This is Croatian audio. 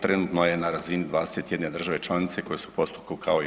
Trenutno je na razini 21 države članice koje su u postupku kao i RH.